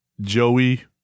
Joey